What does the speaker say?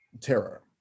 terror